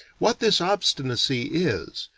what this obstinacy is,